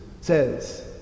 says